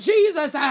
Jesus